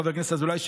חבר הכנסת אזולאי,